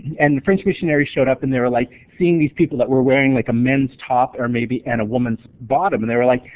and french missionaries showed up and they were like seeing these people that were wearing like a man's top, or maybe, and a woman's bottom. and they were like,